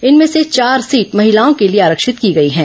इनमें से चार सीटें महिलाओं के लिए आरक्षित की गई हैं